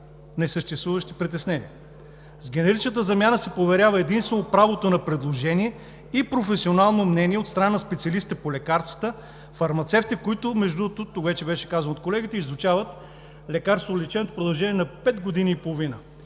С генеричната замяна се поверява единствено правото на предложение и професионално мнение от страна на специалистите по лекарствата – фармацевти, които, между другото, вече беше казано от колегите, изучават лекарстволечението в продължение на 5 години и половина!